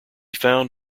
found